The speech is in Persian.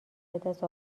بدست